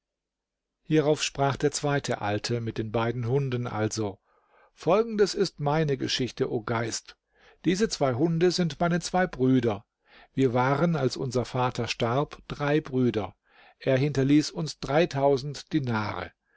hierauf sprach der zweite alte mit den beiden hunden also folgendes ist meine geschichte o geist diese zwei hunde sind meine zwei brüder wir waren als unser vater starb drei brüder er hinterließ uns dinare